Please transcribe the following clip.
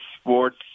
sports